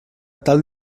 tal